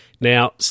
Now